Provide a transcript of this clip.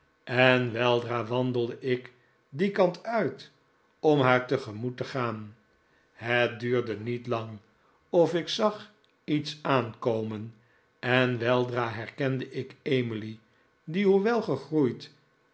en weldra wandelde ik dien kant uit om haar tegemoet te gaan het duurde niet lang of ik zag iets aankomen en weldra herkende ik emily die hoewel gegroeid